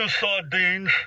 sardines